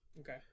Okay